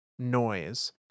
noise